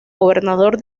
gobernador